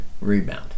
rebound